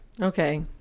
Okay